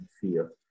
fear